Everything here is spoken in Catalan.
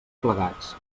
plegats